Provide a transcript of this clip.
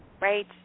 right